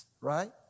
right